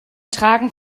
tragen